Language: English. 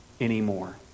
anymore